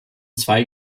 zwei